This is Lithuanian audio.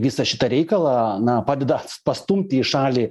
visą šitą reikalą na padeda pastumti į šalį